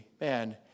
man